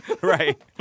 Right